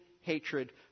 hatred